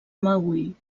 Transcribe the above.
meüll